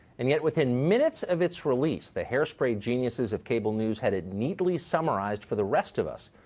and, yet, within minutes of its release, the hair spray geniuses of cable news had it neatly summarized for the rest of us.